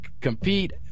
compete